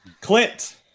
Clint